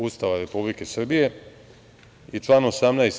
Ustava Republike Srbije i član 18.